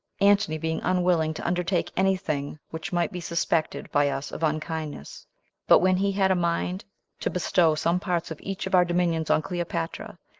antony being unwilling to undertake any thing which might be suspected by us of unkindness but when he had a mind to bestow some parts of each of our dominions on cleopatra,